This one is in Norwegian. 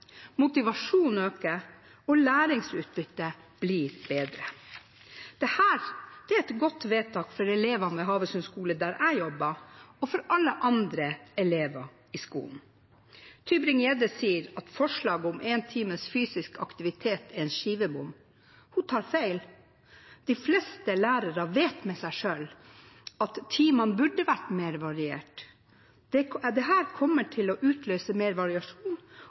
motivasjonen øker, og læringsutbyttet blir bedre. Dette er et godt vedtak for elevene ved Havøysund skole, der jeg jobber – og for alle andre elever i skolen. Mathilde Tybring-Gjedde sier at forslaget om én times fysisk aktivitet er skivebom. Hun tar feil. De fleste lærere vet med seg selv at timene burde vært mer varierte. Dette kommer til å utløse mer variasjon,